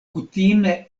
kutime